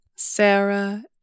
Sarah